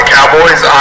Cowboys